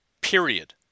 Period